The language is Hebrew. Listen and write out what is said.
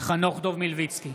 חנוך דב מלביצקי,